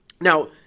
Now